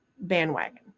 bandwagon